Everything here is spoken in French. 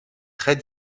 très